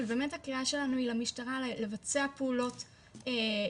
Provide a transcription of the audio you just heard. אבל באמת הקריאה שלנו היא יותר למשטרה לבצע פעולות יזומות,